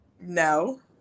No